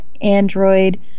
Android